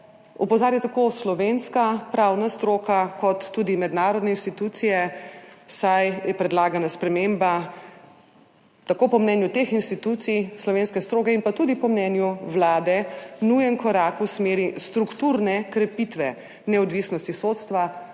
opozarjajo tako slovenska pravna stroka kot tudi mednarodne institucije, saj je predlagana sprememba po mnenju teh institucij, slovenske stroke ter tudi po mnenju Vlade nujen korak v smeri strukturne krepitve neodvisnosti sodstva